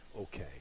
okay